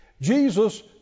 Jesus